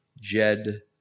Jed